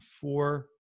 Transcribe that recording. four